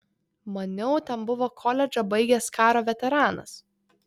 maniau ten buvo koledžą baigęs karo veteranas